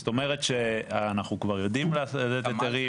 זאת אומרת שאנחנו כבר יודעים לתת היתרים,